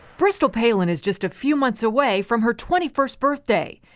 bristol palin is just a few months away from her twenty first birthday.